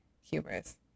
humorous